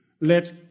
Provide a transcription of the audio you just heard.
Let